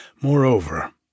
Moreover